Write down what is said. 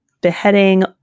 beheading